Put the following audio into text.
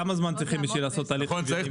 כמה זמן צריך כדי לעשות הליך מסודר?